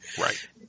Right